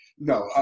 No